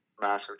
Massive